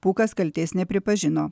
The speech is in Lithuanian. pūkas kaltės nepripažino